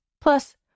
Plus